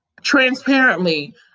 Transparently